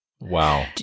Wow